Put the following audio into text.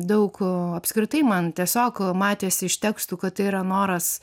daug apskritai man tiesiog matėsi iš tekstų kad tai yra noras